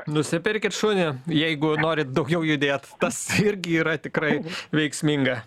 nusipirkit šunį jeigu norit daugiau judėt tas irgi yra tikrai veiksminga